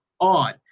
on